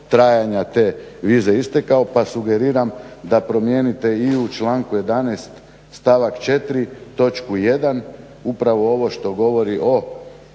trajanja te vize istekao. Pa sugeriram da promijenite i u članku 11. stavak 4. točku 1. upravo ovo što govori o